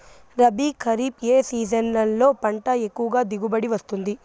రబీ, ఖరీఫ్ ఏ సీజన్లలో పంట ఎక్కువగా దిగుబడి వస్తుంది